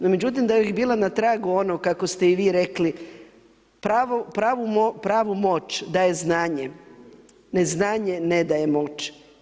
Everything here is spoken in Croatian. No međutim da bih bila na tragu onog kako ste i vi rekli, pravu moć daje znanje, neznanje ne daje moć.